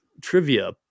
trivia